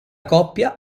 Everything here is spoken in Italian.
coppia